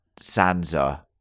Sansa